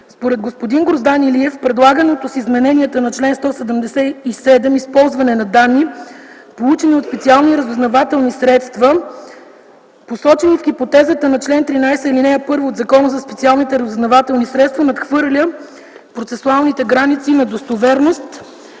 Според господин Гроздан Илиев предлаганото с изменението на чл. 177 използване на данни, получени от специални разузнавателни средства, посочени в хипотезата на чл. 13, ал. 1 от Закона за специалните разузнавателни средства, надхвърля процесуалните граници на достоверност,